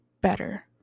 better